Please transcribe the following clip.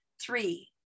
Three